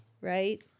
right